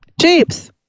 Jeeps